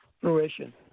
fruition